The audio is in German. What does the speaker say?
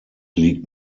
liegt